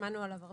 שמענו עליו פה,